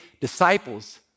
disciples